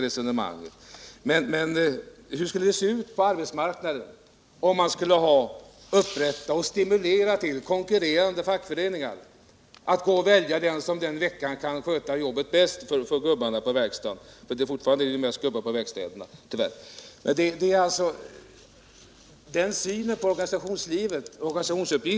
Men hur skulle det se ut på arbetsmarknaden om man skulle stimulera till upprättande av konkurrerande fackföreningar, och arbetarna skulle välja den som för ögonblicket bäst kunde sköta jobbet för gubbarna på verkstaden — fortfarande är det mest gubbar på verkstaden, tyvärr. Det är den synen på organisationsuppgiften jag anmärker på.